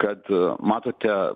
kad matote